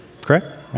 correct